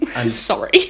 Sorry